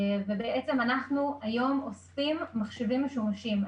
ובעצם אנחנו היום אוספים מחשבים משומשים.